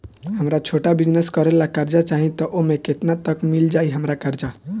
हमरा छोटा बिजनेस करे ला कर्जा चाहि त ओमे केतना तक मिल जायी हमरा कर्जा?